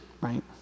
Right